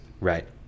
right